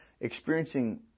experiencing